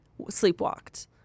sleepwalked